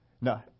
No